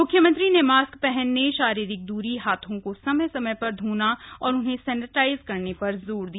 मुख्यमंत्री ने मास्क पहनने शारीरिक दूरी हाथों का समय समय पर धामा और उन्हें सैनिटाइज करने पर जात दिया